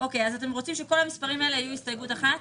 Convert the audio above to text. אתם רוצים שכל המספרים האלה יהיו הסתייגות אחת?